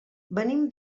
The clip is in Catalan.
venim